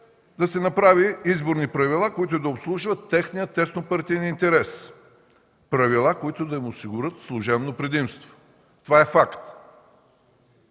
да си направи изборни правила, които да обслужват техния теснопартиен интерес, правила, които да им осигурят служебно предимство – това е факт.